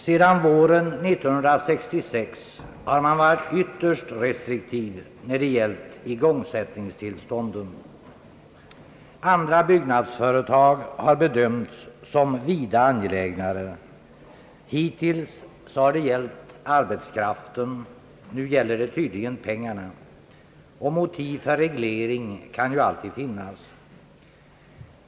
Sedan våren 1966 har man varit ytterst restriktiv när det gällt igångsättningstillstånden. Andra byggnadsföretag har bedömts som vida angelägnare. Hittills har det gällt arbetskraften, nu gäller det tydligen pengarna. Motiv för en reglering kan ju alltid finnas.